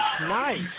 nice